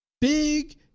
big